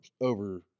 over